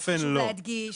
חשוב להדגיש.